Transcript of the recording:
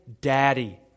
daddy